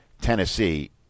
Tennessee